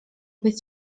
być